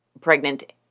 pregnant